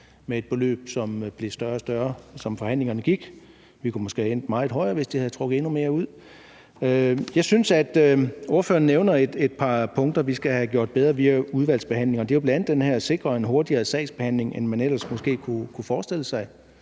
med et beløb, som blev større og større, som forhandlingerne gik. Vi kunne måske være endt meget højere, hvis det havde trukket endnu mere ud. Jeg synes, at ordføreren nævner et par punkter, som vi skal have gjort bedre via udvalgsbehandlingen, og det er jo bl.a. det her med at sikre en hurtigere sagsbehandling, end man måske ellers kunne forestille sig.